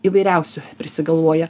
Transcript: įvairiausių prisigalvoja